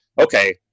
okay